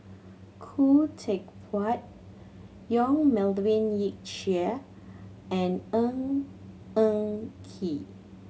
Khoo Teck Puat Yong Yik Chye and Ng Eng Kee